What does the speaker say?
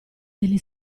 degli